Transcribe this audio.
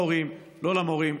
לא להורים, לא למורים.